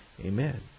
Amen